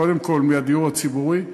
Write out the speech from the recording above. קודם כול, מהדיור הציבורי,